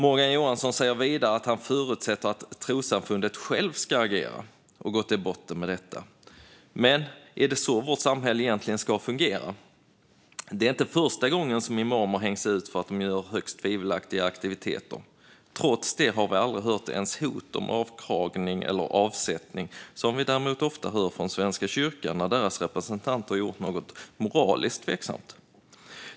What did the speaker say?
Morgan Johansson säger vidare att han förutsätter att trossamfundet självt ska agera och gå till botten med detta. Men är det egentligen så vårt samhälle ska fungera? Det är inte första gången som imamer hängs ut på grund av högst tvivelaktiga aktiviteter. Trots det har vi aldrig hört ens hot om avkragning eller avsättning, vilket vi däremot ofta hör från Svenska kyrkan när deras representanter gjort något moraliskt tveksamt.